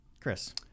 Chris